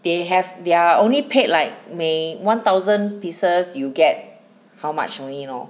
they have they're only paid like may one thousand pieces you get how much only lor